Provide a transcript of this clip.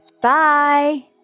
Bye